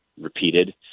repeated